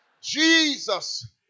Jesus